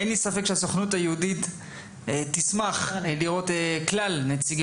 אין לי ספק שהסוכנות היהודית תשמח לראות את כלל נציגי